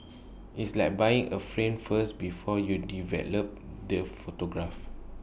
it's like buying A frame first before you develop the photograph